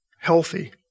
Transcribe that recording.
healthy